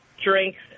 drinks